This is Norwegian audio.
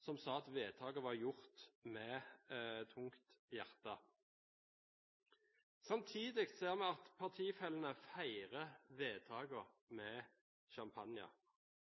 som sa at vedtaket var gjort med tungt hjerte. Samtidig ser vi at partifellene feirer vedtaket med champagne.